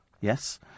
Yes